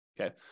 okay